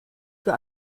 für